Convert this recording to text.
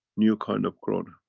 new kind of corona.